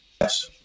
yes